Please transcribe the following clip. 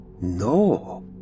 No